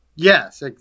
Yes